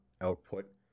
output